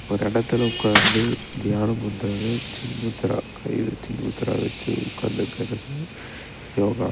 ஒரு இடத்துல உட்காந்து தியானம் பண்ணுறது சின்முத்ரா கையில் சின்முத்ரா வச்சு உட்காந்துருக்கறது யோகா